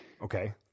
Okay